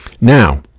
now